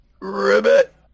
Ribbit